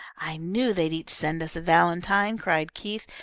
i knew they'd each send us a valentine, cried keith,